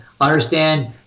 understand